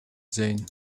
zijn